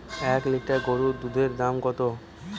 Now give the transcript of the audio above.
এক লিটার গোরুর দুধের দাম কত?